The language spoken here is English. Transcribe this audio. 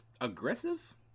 Aggressive